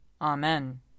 Amen